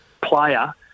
player